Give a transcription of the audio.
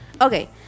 Okay